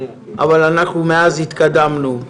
רק מאז התקדמנו.